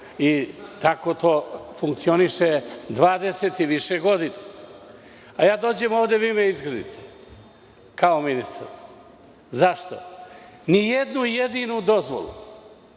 Tako to funkcioniše 20 i više godina. A ja dođem ovde i vi me izgrdite, kao ministra. Zašto? Nijednu jedinu dozvolu